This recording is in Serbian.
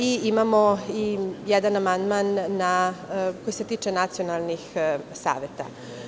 Imamo i jedan amandman koji se tiče nacionalnih saveta.